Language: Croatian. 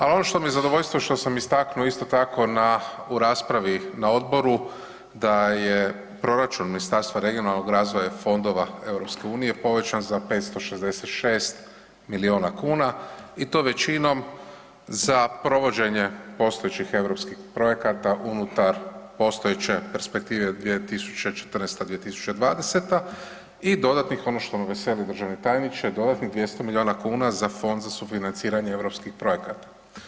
Ali ono što mi je zadovoljstvo i ono što sam istaknuo u raspravi na odboru da je proračun Ministarstva regionalnog razvoja i fondova EU povećan za 566 milijuna kuna i to većinom za provođenje postojećih europskih projekata unutar postojeće perspektive 2014.-2020. i dodatnih ono što me veseli državni tajniče, dodatnih 200 milijuna kuna za Fond za sufinanciranje europskih projekata.